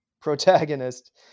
protagonist